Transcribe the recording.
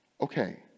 okay